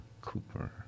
Cooper